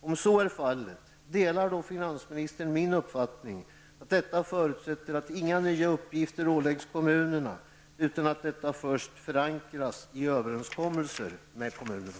Om så är fallet, delar finansministern då min uppfattning att detta förutsätter att inga nya uppgifter åläggs kommunerna utan att detta först förankrats i överenskommelser med kommunerna?